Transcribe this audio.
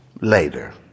later